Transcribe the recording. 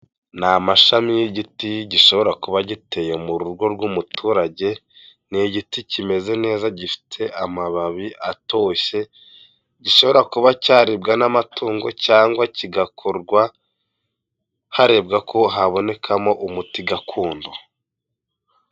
Ni amashami y'igiti, gishobora kuba giteye mu rugo rw'umuturage, ni igiti kimeze neza gifite amababi atoshye, gishobora kuba cyaribwa n'amatungo cyangwa kigakorwa harebwa ko habonekamo umuti gakondo.